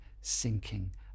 sinking